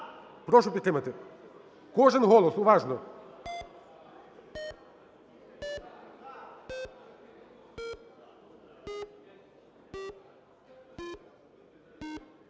Прошу підтримати. Кожен голос, уважно.